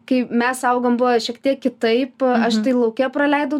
kai mes augom buvo šiek tiek kitaip aš lauke praleidau